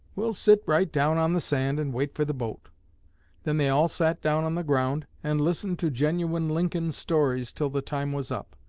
we'll sit right down on the sand and wait for the boat then they all sat down on the ground and listened to genuine lincoln stories till the time was up.